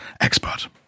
expert